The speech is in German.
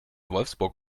wolfsburg